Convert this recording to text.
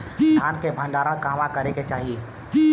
धान के भण्डारण कहवा करे के चाही?